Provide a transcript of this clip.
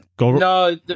no